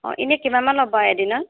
অঁ এনেই কিমানমান ল'ব এদিনত